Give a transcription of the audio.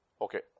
Okay